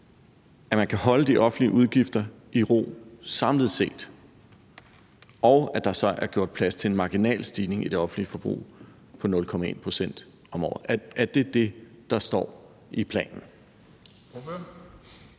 at man kan holde de offentlige udgifter i ro samlet set, og at der så er gjort plads til en marginal stigning i det offentlige forbrug på 0,1 pct. om året. Er det det, der står i planen?